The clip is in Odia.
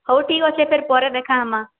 ହଉ ଠିକ୍ ଅଛେ ଫେର୍ ପରେ ଦେଖାହେମା